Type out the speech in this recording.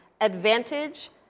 advantage